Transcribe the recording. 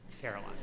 Caroline